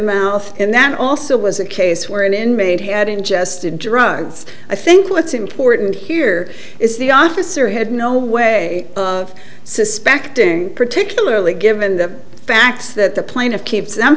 mouth and that also was a case where an inmate had ingested drugs i think what's important here is the officer had no way of suspecting particularly given the facts that the plaintiff keeps